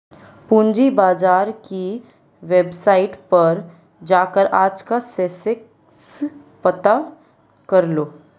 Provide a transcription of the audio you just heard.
पूंजी बाजार की वेबसाईट पर जाकर आज का सेंसेक्स पता करलो